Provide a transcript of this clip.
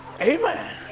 Amen